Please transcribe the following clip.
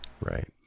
Right